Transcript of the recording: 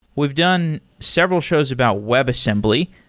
we've done several shows about web assembly,